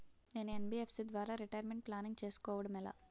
నేను యన్.బి.ఎఫ్.సి ద్వారా retirement planning చేసుకోవడం ఎలా?